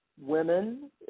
women